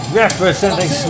representing